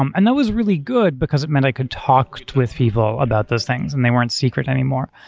um and that was really good, because it meant i could talk with people about those things and they weren't secret anymore.